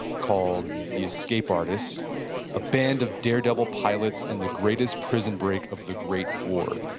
called the escape artists a band of daredevil pilots and the greatest prison break of the great war.